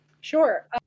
Sure